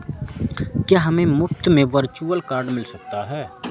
क्या हमें मुफ़्त में वर्चुअल कार्ड मिल सकता है?